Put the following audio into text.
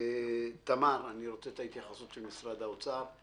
תמר, אני רוצה את ההתייחסות של משרד האוצר.